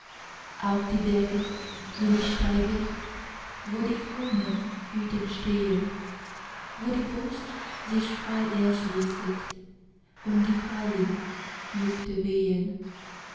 auf die berge will ich steigen wo die frommen hütten stehen wo die brust sich frei erschließet und die freien lüfte wehen